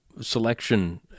selection